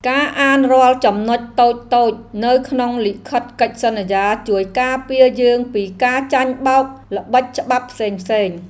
ការអានរាល់ចំណុចតូចៗនៅក្នុងលិខិតកិច្ចសន្យាជួយការពារយើងពីការចាញ់បោកល្បិចច្បាប់ផ្សេងៗ។